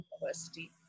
university